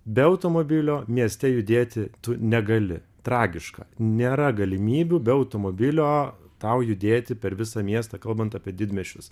be automobilio mieste judėti tu negali tragiška nėra galimybių be automobilio tau judėti per visą miestą kalbant apie didmiesčius